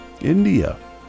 India